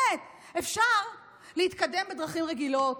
שאפשר להתקדם בדרכים רגילות,